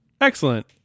Excellent